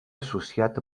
associat